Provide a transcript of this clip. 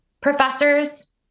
professors